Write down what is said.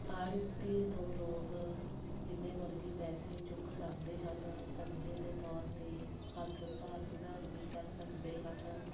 ਆੜਤੀਏ ਤੋਂ ਲੋਕ ਜਿੰਨੇ ਮਰਜ਼ੀ ਪੈਸੇ ਚੁੱਕ ਸਕਦੇ ਹਨ ਕਰਜ਼ੇ ਦੇ ਤੌਰ 'ਤੇ ਹੱਥ ਉਧਾਰ ਸੁਧਾਰ ਵੀ ਕਰ ਸਕਦੇ ਹਨ